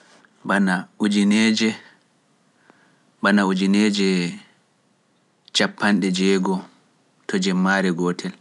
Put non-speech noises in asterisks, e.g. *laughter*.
*noise* Bana ujineje cappande joweego to jemmaare woire(six thousand)